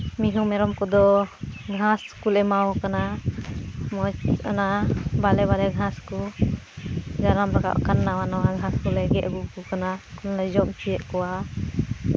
ᱢᱤᱦᱩ ᱢᱮᱨᱚᱢ ᱠᱚᱫᱚ ᱜᱷᱟᱥ ᱠᱚᱞᱮ ᱮᱢᱟ ᱠᱚ ᱠᱟᱱᱟ ᱢᱚᱡᱽ ᱚᱱᱟ ᱵᱟᱞᱮ ᱵᱟᱞᱮ ᱜᱷᱟᱥ ᱠᱚ ᱡᱟᱱᱟᱢ ᱨᱟᱠᱟᱵ ᱠᱟᱱᱟ ᱱᱟᱣᱟ ᱱᱟᱣᱟ ᱜᱷᱟᱥ ᱠᱚᱞᱮ ᱜᱮᱫ ᱟᱹᱜᱩ ᱠᱚ ᱠᱟᱱᱟ ᱩᱱᱠᱩ ᱞᱮ ᱡᱚᱢ ᱦᱚᱪᱚᱭᱮᱫ ᱠᱚᱣᱟ